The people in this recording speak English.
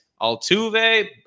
Altuve